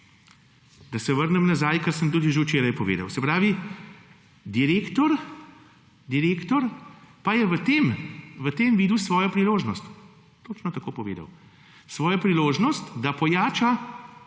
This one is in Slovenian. Da se vrnem nazaj, kar sem tudi že včeraj povedal. Se pravi direktor pa je v tem videl svojo priložnost - točno tako povedal -, da pojača